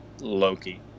Loki